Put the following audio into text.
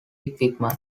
equipment